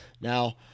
Now